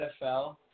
NFL